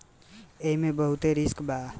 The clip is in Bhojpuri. एईमे बहुते रिस्क बा